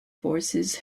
forces